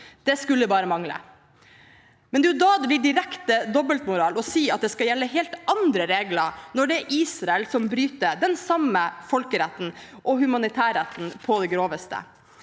Det skulle bare mangle. Det er da det blir direkte dobbeltmoral å si at det skal gjelde helt andre regler når det er Israel som bryter den samme folkeretten og humanitærretten på det groveste.